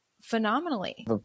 phenomenally